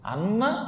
Anna